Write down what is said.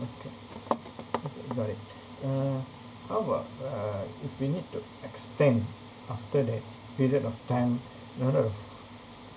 okay okay got it uh how about uh if we need to extend after that period of time you know the